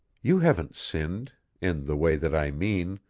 you haven't sinned in the way that i mean,